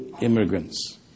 immigrants